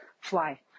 fly